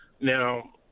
Now